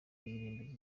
irimbi